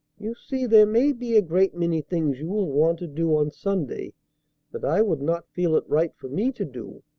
you see there may be a great many things you will want to do on sunday that i would not feel it right for me to do,